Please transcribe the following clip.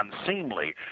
unseemly